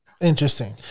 Interesting